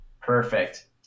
Perfect